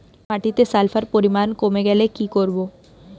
মাটিতে সালফার পরিমাণ কমে গেলে কি করব?